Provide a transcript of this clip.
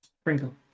Sprinkle